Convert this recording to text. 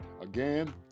Again